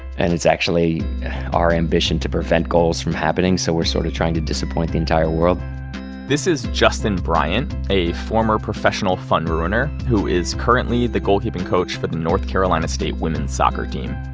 and it's actually our ambition to prevent goals from happening, so we're sort of trying to disappoint the entire world this is justin bryant, a former professional fun ruiner who is currently the goalkeeping coach for the north carolina state women's soccer team.